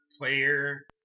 Player